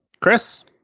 chris